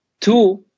Two